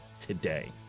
today